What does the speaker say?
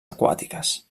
aquàtiques